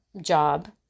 job